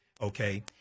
Okay